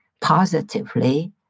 positively